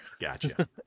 Gotcha